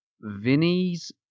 Vinny's